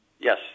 Yes